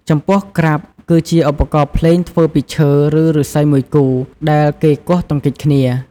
ចំពោះក្រាប់ គឺជាឧបករណ៍ភ្លេងធ្វើពីឈើ ឬឫស្សីមួយគូ ដែលគេគោះទង្គិចគ្នា។